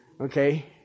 Okay